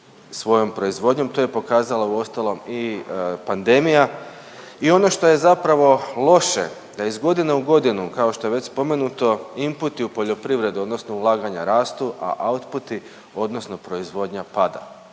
svojom proizvodnjom. To je pokazala uostalom i pandemija. I ono što je zapravo loše da iz godine u godinu kao što je već spomenuto inputi u poljoprivredu odnosno ulaganja rastu, a outputi odnosno proizvodnja pada.